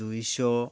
ଦୁଇଶହ